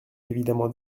évidemment